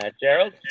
Gerald